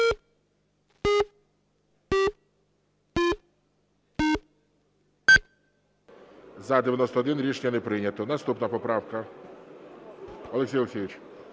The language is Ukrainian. За-91 Рішення не прийнято. Наступна поправка, Олексій Олексійович.